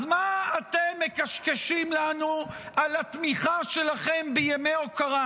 אז מה אתם מקשקשים לנו על התמיכה שלכם בימי הוקרה?